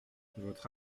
votre